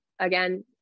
again